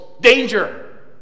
danger